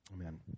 Amen